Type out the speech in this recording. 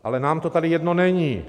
Ale nám to tady jedno není.